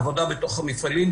עבודה בתוך המפעלים,